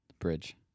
bridge